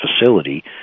facility